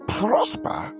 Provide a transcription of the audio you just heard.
prosper